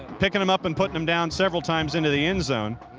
picking them up, and putting them down several times into the end zone,